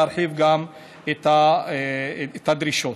להרחיב את הדרישות.